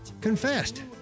confessed